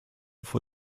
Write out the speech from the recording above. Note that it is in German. vor